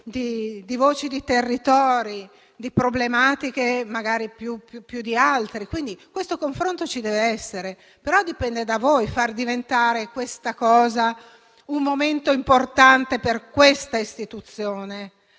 di voci di territori e di problematiche magari più di altri, quindi questo confronto dev'esserci. Dipende però da voi far diventare tale passaggio un momento importante per questa Istituzione.